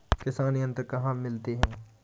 किसान यंत्र कहाँ मिलते हैं?